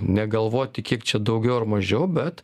negalvoti kiek čia daugiau ar mažiau bet